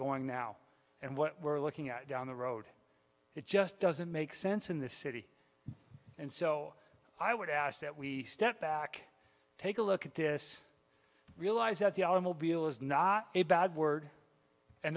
going now and what we're looking at down the road it just doesn't make sense in this city and so i would ask that we step back take a look at this realize that the alamo below is not a bad word and